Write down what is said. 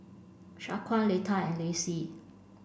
Shaquan Letta and Lacie